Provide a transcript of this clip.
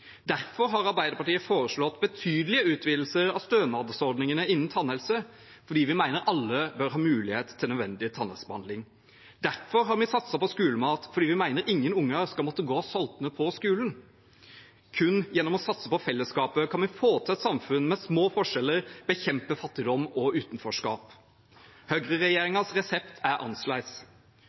Derfor har Arbeiderpartiet foreslått betydelige utvidelser av stønadsordningene innen tannhelse, fordi vi mener alle bør ha mulighet til nødvendig tannhelsebehandling. Derfor har vi satset på skolemat, fordi vi mener ingen barn skal måtte gå sultne på skolen. Kun gjennom å satse på fellesskapet kan vi få til et samfunn med små forskjeller og bekjempe fattigdom og utenforskap. Høyreregjeringens resept er